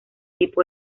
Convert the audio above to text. tipo